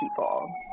people